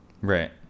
Right